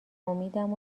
امیدم